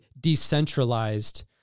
decentralized